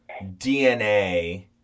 DNA